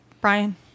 Brian